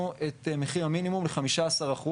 את מחיר המינימום ל-15%.